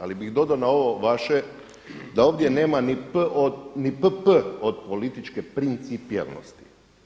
Ali bih dodao na ovo vaše, da ovdje nema ni PP od političke principijelnosti.